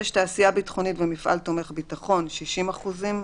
תעשייה ביטחונית ומפעל תומך ביטחון 60 אחוזים,